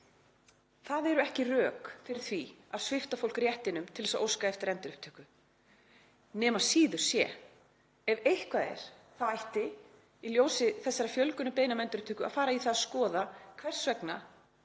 dag, ekki rök fyrir því að svipta fólk réttinum til þess að óska eftir endurupptöku nema síður sé. Ef eitthvað er ætti í ljósi þessarar fjölgunar á beiðnum um endurupptöku að fara í að skoða hvers vegna